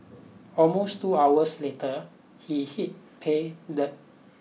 almost two hours later he hit pay dirt